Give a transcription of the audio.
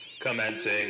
commencing